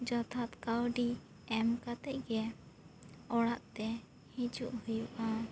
ᱡᱚᱛᱷᱟᱛ ᱠᱟᱹᱣᱰᱤ ᱮᱢ ᱠᱟᱛᱮ ᱜᱮ ᱚᱲᱟᱜ ᱛᱮ ᱦᱤᱡᱩᱜ ᱦᱩᱭᱩᱜᱼᱟ